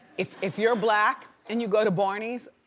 if if you're black and you go to barneys.